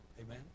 Amen